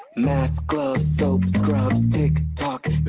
mask, gloves, soap, scrubs tiktok,